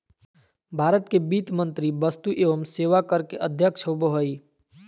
भारत के वित्त मंत्री वस्तु एवं सेवा कर के अध्यक्ष होबो हइ